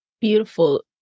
Beautiful